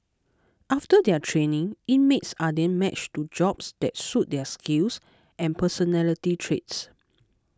after their training inmates are then matched to jobs that suit their skills and personality traits